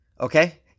Okay